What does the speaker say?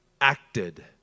Acted